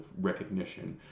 recognition